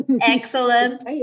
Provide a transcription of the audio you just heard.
Excellent